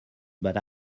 but